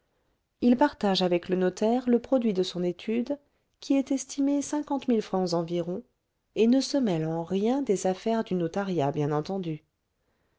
il partage avec le notaire le produit de son étude qui est estimé cinquante mille francs environ et ne se mêle en rien des affaires du notariat bien entendu